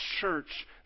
church